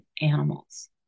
animals